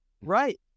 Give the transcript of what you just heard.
Right